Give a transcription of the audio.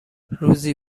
روزی